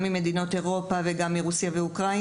גם ממדינות רוסיה ואוקראינה.